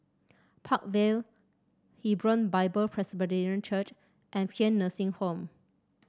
Park Vale Hebron Bible Presbyterian Church and Paean Nursing Home